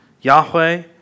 Yahweh